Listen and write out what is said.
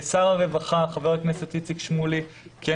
שר הרווחה חבר הכנסת איציק שמולי קיים